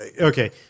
okay